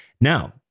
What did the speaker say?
Now